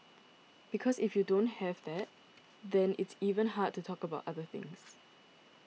because if you don't have that then it's even hard to talk about other things